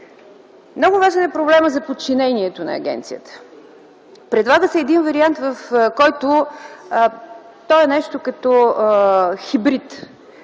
Много важен е проблемът за подчинението на агенцията. Предлага се един вариант, в който той е нещо като хибрид